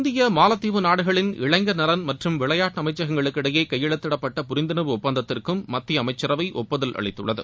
இந்திய மாலத்தீவு நாடுகளின் இளைஞர் நலன் மற்றும் விளையாட்டு அமைச்சகங்களுக்கு இடையே கையெழுத்திடப்பட்ட புரிந்துணர்வு ஒப்பந்ததிற்கும் மத்திய அமைசரவை ஒப்புதல் அளித்துள்ளது